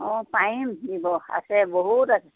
পাৰিম দিব আছে বহুত আছে